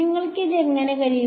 നിങ്ങൾ ഇത് എങ്ങനെ ചെയ്യും